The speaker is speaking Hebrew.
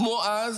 כמו אז